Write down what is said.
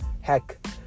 Heck